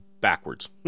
backwards